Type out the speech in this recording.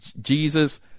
Jesus